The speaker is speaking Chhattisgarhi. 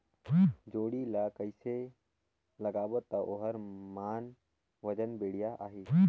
जोणी ला कइसे लगाबो ता ओहार मान वजन बेडिया आही?